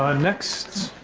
next,